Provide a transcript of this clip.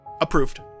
Approved